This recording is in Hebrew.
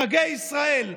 חגי ישראל,